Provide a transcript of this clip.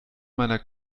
meiner